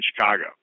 Chicago